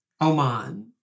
Oman